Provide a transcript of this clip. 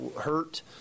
hurt